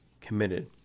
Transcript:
committed